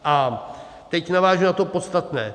A teď navážu na to podstatné.